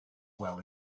well